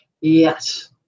yes